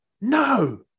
no